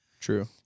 True